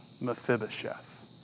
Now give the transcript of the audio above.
Mephibosheth